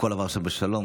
הכול עבר שם בשלום.